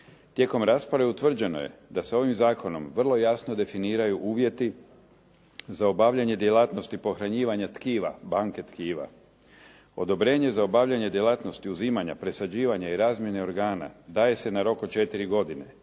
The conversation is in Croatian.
Tijekom rasprave utvrđeno je da se ovim zakonom vrlo jasno definiraju uvjeti za obavljanje djelatnosti pohranjivanja tkiva, banke tkiva. Odobrenje za obavljanje djelatnosti uzimanja, presađivanja i razmjene organa daje se na rok od četiri godine.